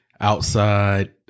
outside